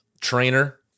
trainer